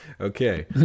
Okay